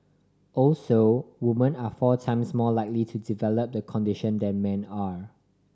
also women are four times more likely to develop the condition than men are